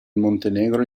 montenegro